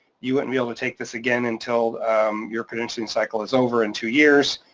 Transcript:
you wouldn't be able to take this again until your credentialing cycle is over in two years.